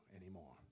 anymore